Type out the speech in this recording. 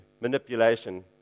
manipulation